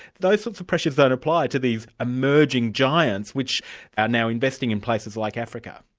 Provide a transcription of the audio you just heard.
those sorts of pressures don't apply to these emerging giants which are now investing in places like africa.